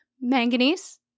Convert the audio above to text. manganese